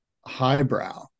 highbrow